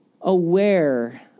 aware